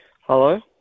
Hello